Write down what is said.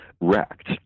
wrecked